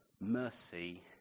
mercy